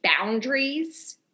boundaries